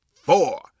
four